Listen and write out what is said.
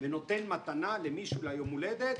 ונותן מתנה למישהו ליום הולדת,